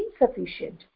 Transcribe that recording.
insufficient